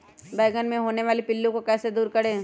बैंगन मे होने वाले पिल्लू को कैसे दूर करें?